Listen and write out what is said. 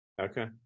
okay